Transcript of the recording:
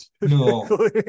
No